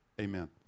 amen